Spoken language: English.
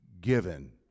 given